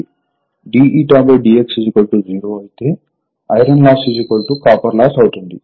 d dx 0 అయితే iron loss copper loss అవుతుంది